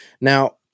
Now